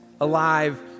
alive